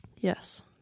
Yes